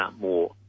more